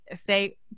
say